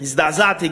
הזדעזעתי.